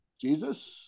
Jesus